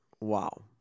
Wow